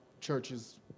churches